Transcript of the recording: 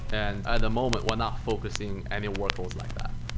and at the moment we're not focusing any workloads like that.